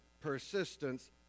persistence